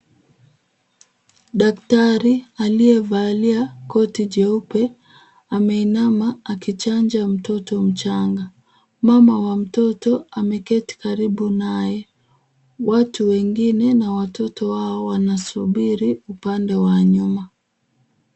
Daktari aliyevalia koti jeupe, ameinama akichanja mtoto mchanga. Mama wa mtoto ameketi karibu naye. Watu wengine na watoto wao, wanasubiri upande wa nyuma.